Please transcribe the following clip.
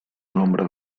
nombre